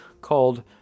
called